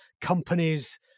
companies